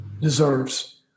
deserves